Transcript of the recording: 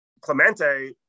Clemente